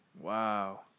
Wow